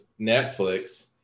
netflix